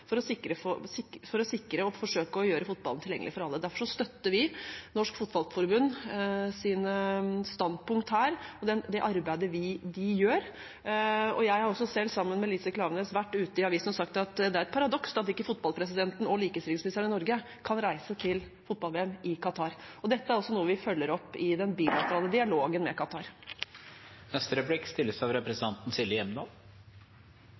for å sikre og forsøke å gjøre fotballen tilgjengelig for alle. Derfor støtter vi Norges Fotballforbunds standpunkt her og det arbeidet de gjør. Jeg har også selv, sammen med Lise Klaveness, vært ute i avisene og sagt at det er et paradoks at ikke fotballpresidenten og likestillingsministeren i Norge kan reise til fotball-VM i Qatar. Dette er også noe vi følger opp i den bilaterale dialogen med